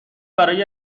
برای